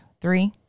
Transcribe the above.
Three